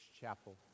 Chapel